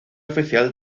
oficial